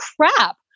crap